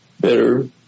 better